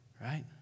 right